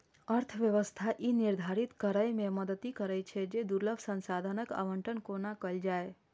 अर्थव्यवस्था ई निर्धारित करै मे मदति करै छै, जे दुर्लभ संसाधनक आवंटन कोना कैल जाए